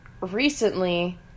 recently